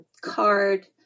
card